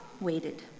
waited